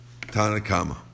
Tanakama